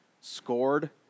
scored